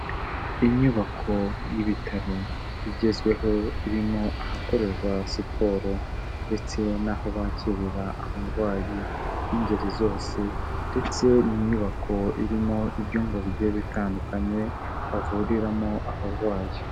Inyubako y'ibitaro igezweho, irimo ahakorerwa siporo ndetse n'aho bakirira abarwayi b'ingeri zose ndetse ni inyubako irimo ibyumba bigiye bitandukanye bavuriramo abarwayi.